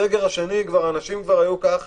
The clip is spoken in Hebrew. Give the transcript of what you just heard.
בסגר השני אנשים כבר היו ככה,